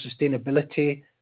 sustainability